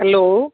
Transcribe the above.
hello